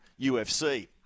UFC